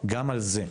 גם על זה.